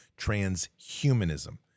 transhumanism